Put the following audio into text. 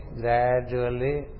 gradually